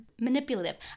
manipulative